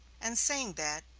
and saying that,